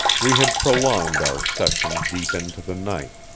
we had prolonged our session deep into the night,